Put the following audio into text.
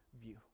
view